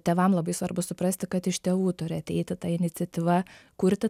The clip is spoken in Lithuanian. tėvam labai svarbu suprasti kad iš tėvų turi ateiti ta iniciatyva kurti